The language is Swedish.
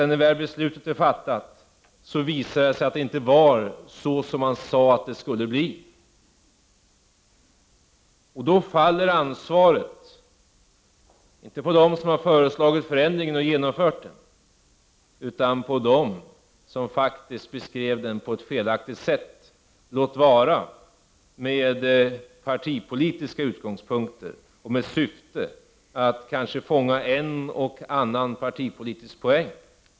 När beslutet väl är fattat visar det sig att det inte blev så som det var sagt att det skulle bli. I det läget faller ansvaret inte på den som har föreslagit och genomfört förändringen utan på dem som faktiskt beskrev den på ett felaktigt sätt, låt vara med partipolitiska utgångspunkter och med syftet att kanske ta en och annan partipolitisk poäng.